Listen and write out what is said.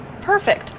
Perfect